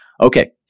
Okay